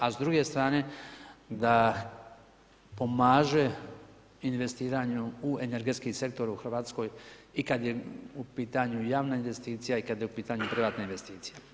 A s druge strane da pomaže investiranju u energetski sektor u Hrvatskoj i kada je u pitanju javna investicija i kada je u pitanju privatna investicija.